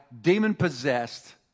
demon-possessed